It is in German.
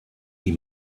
die